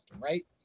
right